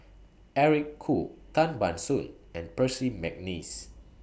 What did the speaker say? Eric Khoo Tan Ban Soon and Percy Mcneice